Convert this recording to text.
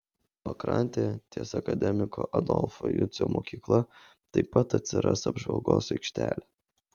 pakrantėje ties akademiko adolfo jucio mokykla taip pat atsiras apžvalgos aikštelė